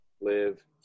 Live